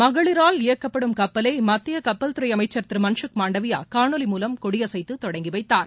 மகளிரால் இயக்கப்படும் கப்பலில் மத்திய கப்பல்துறை அமைச்சர் திரு மான்கக் மாண்டவியா காணொலி மூலம் கொடியசைத்து தொடங்கி வைத்தார்